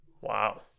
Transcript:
Wow